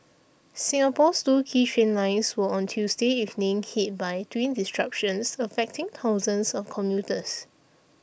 Singapore's two key train lines were on Tuesday evening hit by twin disruptions affecting thousands of commuters